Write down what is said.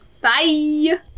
bye